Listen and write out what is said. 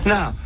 Now